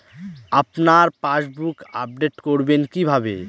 আপনার passbook update করবেন কিভাবে?